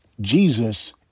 Jesus